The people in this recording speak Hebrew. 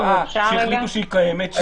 על תופעה שהחליטו שהיא קיימת,